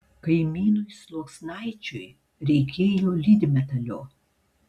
kaimynui sluoksnaičiui reikėjo lydmetalio